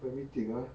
let me think ah